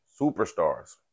Superstars